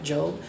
Job